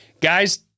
Guys